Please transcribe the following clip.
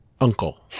uncle